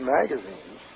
magazines